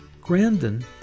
Grandin